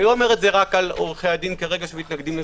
ואני לא אומר את זה רק על עורכי הדין שמתנגדים לזה.